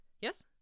Yes